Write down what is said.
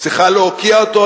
צריכה להוקיע אותו,